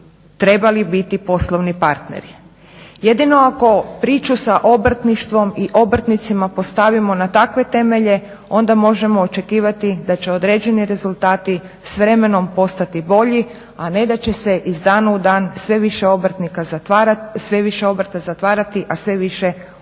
trebali biti poslovni partneri. Jedino ako priču sa obrtništvom i obrtnicima postavimo na takve temelje onda možemo očekivati da će određeni rezultati s vremenom postati bolji, a ne da će se iz dana u dan sve više obrta zatvarati, a sve više obrtnika